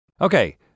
Okay